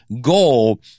goal